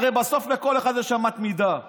הרי בסוף לכל אחד יש אמת מוסר.